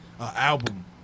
album